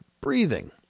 Breathing